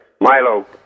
Milo